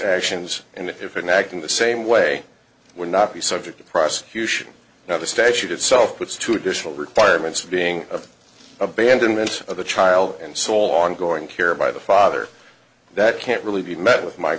actions and if an act in the same way would not be subject to prosecution now the statute itself puts two additional requirements being of abandonment of the child and sole ongoing care by the father that can't really be met with my